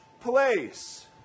place